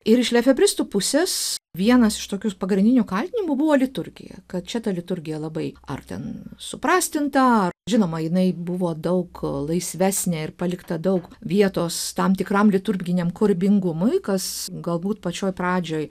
ir iš lefebristų pusės vienas iš tokių pagrindinių kaltinimų buvo liturgija kad čia ta liturgija labai ar ten suprastinta ar žinoma jinai buvo daug laisvesnė ir palikta daug vietos tam tikram liturginiam kūrybingumui kas galbūt pačioj pradžioj